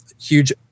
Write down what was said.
huge